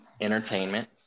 entertainment